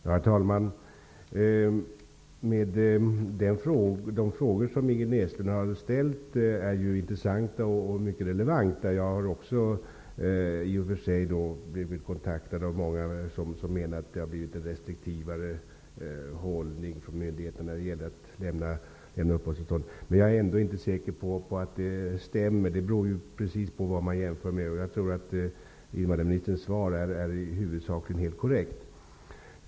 Herr talman! De frågor som Ingrid Näslund har ställt är mycket intressanta och relevanta. Jag har också i och för sig blivit kontaktad av många som menar att det har blivit en restriktivare hållning hos myndigheterna när det gäller att bevilja uppehållstillstånd. Jag är ändå inte säker på att det stämmer. Det beror precis på vad man jämför med. Jag tror att invandrarministerns svar huvudsakligen är korrekt.